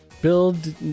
build